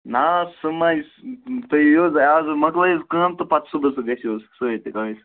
نہ حظ سُہ مَے تُہۍ یِیِو حظ آز مۄکلٲیِو کٲم تہٕ پَتہٕ صُبحَس گٔژھِو حظ سۭتۍ